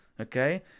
Okay